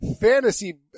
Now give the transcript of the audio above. fantasy